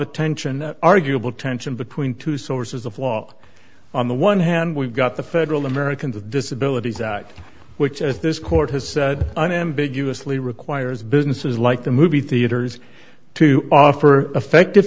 a tension arguable tension between two sources of law on the one hand we've got the federal americans with disabilities act which as this court has unambiguously requires businesses like the movie theaters to offer effective